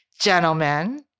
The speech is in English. gentlemen